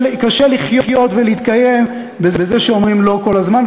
לחיות ולהתקיים כשאומרים "לא" כל הזמן,